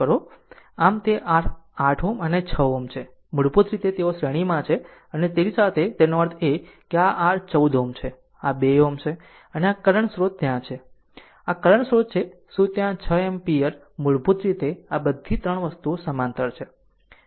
આમ આ તે r 8 Ω અને 6 છે Ω મૂળભૂત રીતે તેઓ શ્રેણીમાં છે અને તેની સાથે અને તેનો અર્થ એ કે આ r 14 Ω છે અને આ r 2 Ω છે અને આ કરંટ સ્રોત ત્યાં છે આ કરંટ સ્રોત છે શું ત્યાં 6 એમ્પીયર મૂળભૂત રીતે આ બધી 3 વસ્તુઓ સમાંતર છે